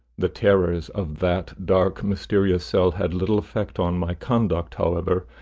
the terrors of that dark, mysterious cell had little effect on my conduct, however,